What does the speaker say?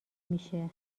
میشه